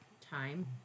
time